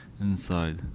inside